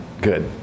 Good